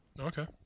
Okay